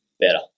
better